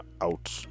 out